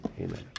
Amen